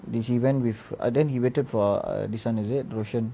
did she went with ah then he waited for a this [one] is it roshan